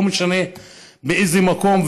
לא משנה באיזה מקום,